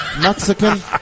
Mexican